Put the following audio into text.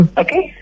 okay